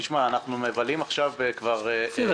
אנחנו מבלים כבר שנה --- בסדר,